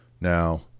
Now